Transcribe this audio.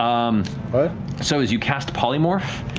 um but so as you cast polymorph,